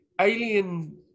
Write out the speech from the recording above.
alien